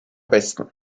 besten